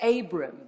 Abram